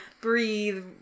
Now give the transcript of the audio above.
breathe